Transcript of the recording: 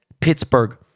Pittsburgh